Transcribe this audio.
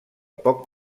poc